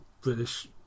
British